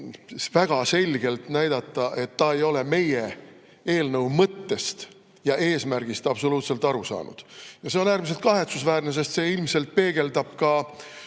väga selgelt näidata, et ta ei ole meie eelnõu mõttest ja eesmärgist absoluutselt aru saanud. Ja see on äärmiselt kahetsusväärne, sest see ilmselt peegeldab ka